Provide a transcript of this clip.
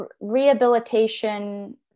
Rehabilitation